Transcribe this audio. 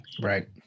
Right